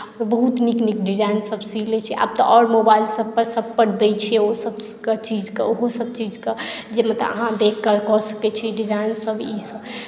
ओ बहुत नीक नीकसभ डिजाइनसभ सी लैत छी आब तऽ आओर मोबाइल सभपर सभचीजपर दैत छै ओसभ चीजके मतलब ओहोसभ चीजके जे मतलब अहाँ देखिके कऽ सकैत छी डिजाइनसभ ईसभ